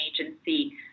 agency